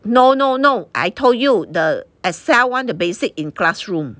no no no I told you the Excel [one] the basic in classroom